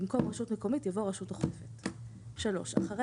במקום "רשות מקומית" יבוא "רשות אוכפת"; אחרי